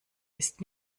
ist